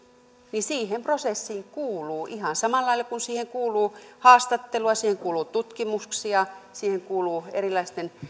niin tämä kuuluu siihen prosessiin ihan samalla lailla kuin siihen kuuluu haastattelua siihen kuuluu tutkimuksia siihen kuuluu erilaisten